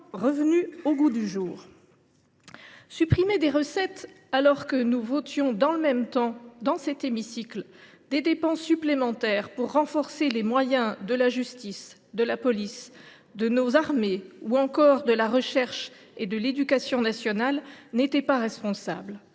revenu au goût du jour. Supprimer des recettes, alors que nous votions dans le même temps, dans cet hémicycle, des dépenses supplémentaires pour renforcer les moyens de la justice, de la police, de nos armées, ou encore de la recherche et de l’éducation nationale, n’était pas responsable.